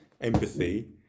empathy